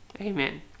Amen